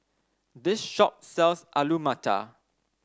this shop sells Alu Matar